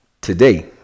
today